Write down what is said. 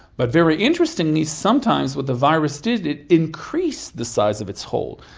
but very interestingly, sometimes what the virus did, it increased the size of its hole,